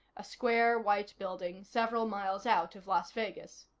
a square white building several miles out of las vegas.